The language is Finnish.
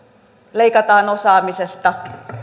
leikataan osaamisesta